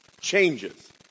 changes